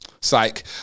Psych